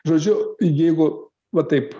žodžiu jeigu va taip